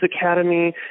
Academy